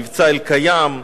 מבצע אלקיים,